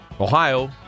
Ohio